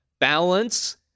balance